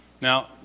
Now